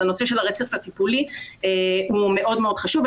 אז הנושא של הרצף הטיפולי מאוד חשוב,